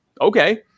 Okay